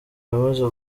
yamaze